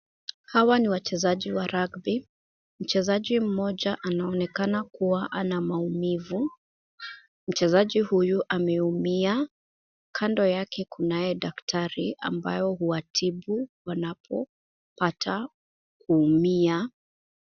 Hawa ni wachezaji wa rugby. Mchezaji mmoja anaonekana kuwa ana maumivu. Mchezaji huyu ameumia, kando yake kunayo daktari ambayo huwatibu wanapopata kuumia.